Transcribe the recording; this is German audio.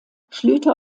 schlüter